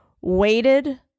waited